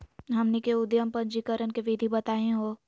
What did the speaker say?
हमनी के उद्यम पंजीकरण के विधि बताही हो?